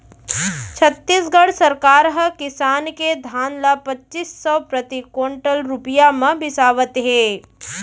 छत्तीसगढ़ सरकार ह किसान के धान ल पचीस सव प्रति कोंटल रूपिया म बिसावत हे